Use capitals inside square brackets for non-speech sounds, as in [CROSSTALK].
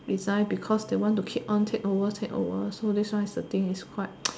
design because they want to keep on take over take over so this one is the thing is quite [NOISE]